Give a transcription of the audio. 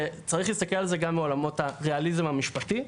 שצריך להסתכל על זה גם מעולמות הריאליזם המשפטי,